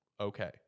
okay